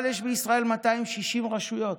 אבל יש בישראל 260 רשויות,